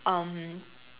um